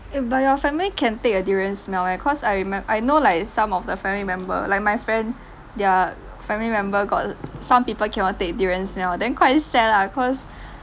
eh but your family can take the durian smell meh cause I remem~ I know like some of the family member like my friend their family member got some people cannot take durian smell then quite sad lah cause